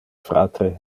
fratre